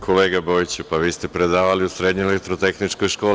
Kolega Bojiću, pa vi ste predavali u srednjoj Elektrotehničkoj školi.